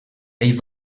ell